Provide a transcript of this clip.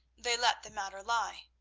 they let the matter lie.